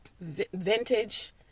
vintage